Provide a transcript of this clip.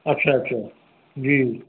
अच्छा अच्छा जी जी